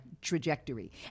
trajectory